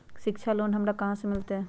शिक्षा लोन हमरा कहाँ से मिलतै?